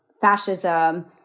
fascism